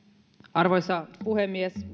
arvoisa puhemies